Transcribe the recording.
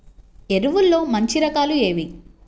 ఎరువుల్లో మంచి రకాలు ఏవి?